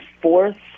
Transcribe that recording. fourth